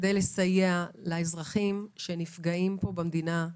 כדי לסייע לאזרחים שנפגעים במדינה,